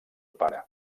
pare